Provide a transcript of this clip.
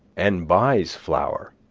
and buys flour,